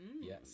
yes